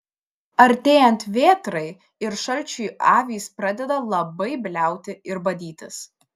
artėjant vėtrai ir šalčiui avys pradeda labai bliauti ir badytis